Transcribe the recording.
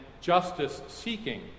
justice-seeking